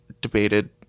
debated